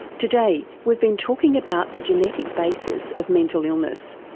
today we've been talking about the genetic basis of mental illness,